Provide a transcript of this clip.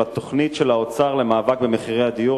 התוכנית של האוצר למאבק במחירי הדיור,